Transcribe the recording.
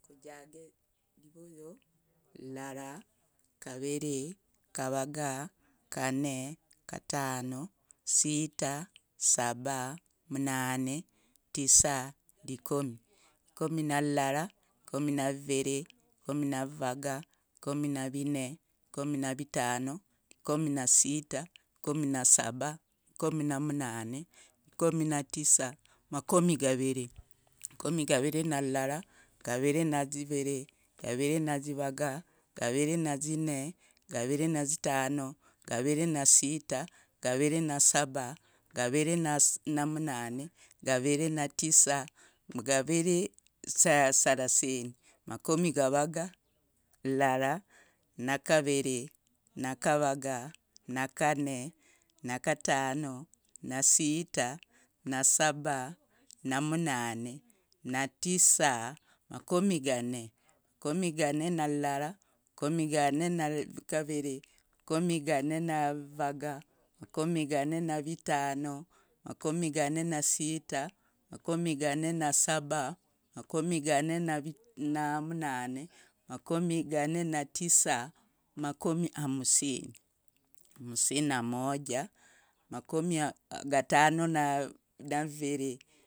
Kujage rivuyu lilara, gaviri, gavaga, gane. gatano, sita, saba, munane, tisa, rikomi, rikomi na lilara, rikomi na gaviri, rikomi na gavaga, rikomi na gane, rikomi na gatano, rikomi na sita, rikomi na saba, rikomi na munane, rikomi na tisa, makomi gaviri, makomi gaviri na lilara, makomi gaviri na ziviri, makomi gaviri na zivaga, makomi gaviri na zine, makomi gaviri na zitano, makomi gaviri na sita, makomi gaviri na saba, makomi gaviri na munane, makomi gaviri na tisa, makomi gavaga, makomi gavaga na lilara, na gaviri,, na gavaga, na gane, na gatano, na sita, na saba, na munane, na tisa, makomi gane, makomi gane na lilara, makomi gane na gaviri, makomi gane na vivaga, makomi gane na gane, makomi gane na vitano, makomi gane na sita, makomi gane na saba, makomi gane na munane, makomi gane na tisa, makomi gatano, makomi gatano na lilara, makomi gatano na viviri.